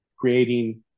creating